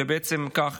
ובעצם כך